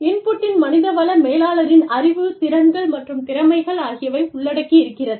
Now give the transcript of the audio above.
இன்புட்டில் மனிதவள மேலாளரின் அறிவு திறன்கள் மற்றும் திறமைகள் ஆகியவை உள்ளடக்கி இருக்கிறது